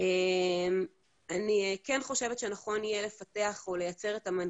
אז נכון שיש כאן ככל